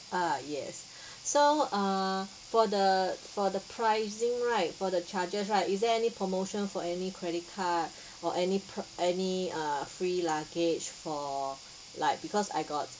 uh yes so err for the for the pricing right for the charges right is there any promotion for any credit card or any any uh free luggage for like because I got